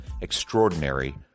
extraordinary